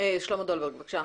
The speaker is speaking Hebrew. שלמה דולברג, בבקשה.